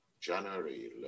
January